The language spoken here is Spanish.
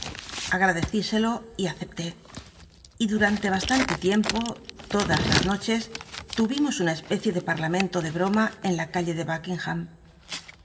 inexperiencia agradecisclo y acepté y durantc bastante tiempo todas las noches tuvimos una especie de parlamento de broma en la calle de duckingham